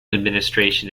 administration